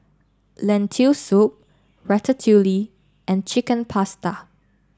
Lentil Soup Ratatouille and Chicken Pasta